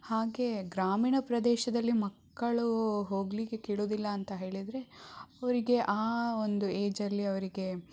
ಹಾಗೆ ಗ್ರಾಮೀಣ ಪ್ರದೇಶದಲ್ಲಿ ಮಕ್ಕಳು ಹೋಗಲಿಕ್ಕೆ ಕೇಳುವುದಿಲ್ಲ ಅಂತ ಹೇಳಿದರೆ ಅವರಿಗೆ ಆ ಒಂದು ಏಜಲ್ಲಿ ಅವರಿಗೆ